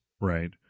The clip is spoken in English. right